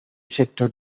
sector